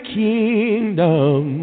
kingdom